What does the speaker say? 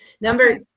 Number